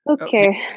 Okay